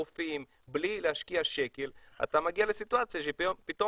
רופאים בלי להשקיע שקל אתה מגיע לסיטואציה שפתאום